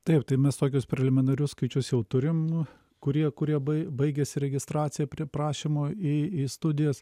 taip tai mes tokius preliminarius skaičius jau turim kurie kurie bai baigiasi registracija prie prašymo į į studijas